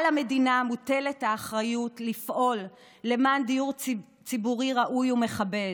על המדינה מוטלת האחריות לפעול למען דיור ציבורי ראוי ומכבד,